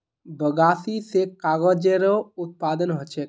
बगासी स कागजेरो उत्पादन ह छेक